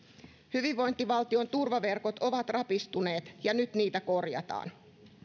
hyvinvointivaltion turvaverkot ovat rapistuneet ja nyt niitä korjataan